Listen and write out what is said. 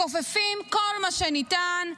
מכופפים כל מה שניתן.